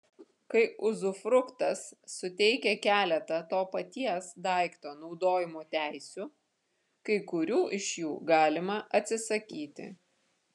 kai uzufruktas suteikia keletą to paties daikto naudojimo teisių kai kurių iš jų galima atsisakyti